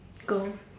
go